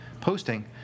posting